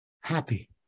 happy